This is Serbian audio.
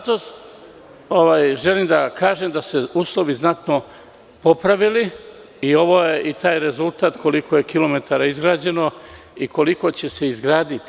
Hteo sam da kažem da su se uslovi znatno popravili i ovo je taj rezultat koliko je kilometara izgrađeno i koliko će se izgraditi.